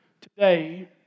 today